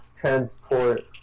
transport